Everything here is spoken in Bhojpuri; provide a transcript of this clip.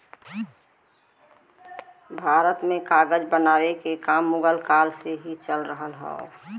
भारत में कागज बनावे के काम मुगल काल से ही चल रहल हौ